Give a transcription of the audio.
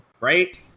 Right